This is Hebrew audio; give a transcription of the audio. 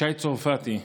ישי צרפתי,